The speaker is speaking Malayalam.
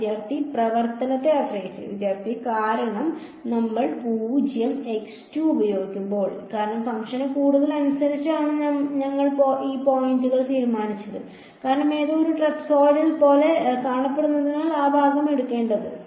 വിദ്യാർത്ഥി പ്രവർത്തനത്തെ ആശ്രയിച്ച് വിദ്യാർത്ഥി കാരണം നമ്മൾ 0 ഉപയോഗിക്കുമ്പോൾ കാരണം ഫംഗ്ഷന്റെ കൂടുതൽ അനുസരിച്ചാണ് ഞങ്ങൾ ഈ പോയിന്റുകൾ തീരുമാനിച്ചത് കാരണം എന്തോ ഒരു ട്രപസോയ്ഡൽ പോലെ കാണപ്പെടുന്നതിനാൽ ഞങ്ങൾ ആ ഭാഗം എടുക്കേണ്ടതുണ്ട്